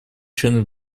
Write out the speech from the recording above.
членов